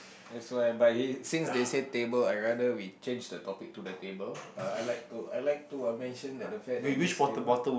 that's why but he since they said table I rather we change the topic to the table uh I like to I like to I mention that the fair that this table